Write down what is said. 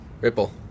ripple